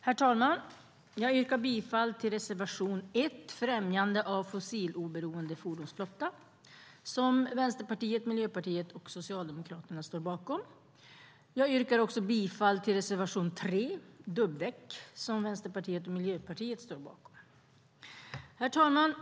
Herr talman! Jag yrkar bifall till reservation 1, Främjande av fossiloberoende fordonsflotta, som Vänsterpartiet, Miljöpartiet och Socialdemokraterna står bakom. Jag yrkar också bifall till reservation 3, Dubbdäck, som Vänsterpartiet och Miljöpartiet står bakom. Herr talman!